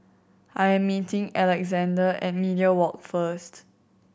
I'm meeting Alexzander at Media Walk first